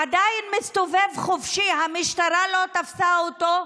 עדיין מסתובב חופשי, המשטרה לא תפסה אותו,